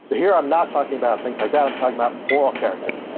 so here i'm not talking about things like that. i'm talking about moral character.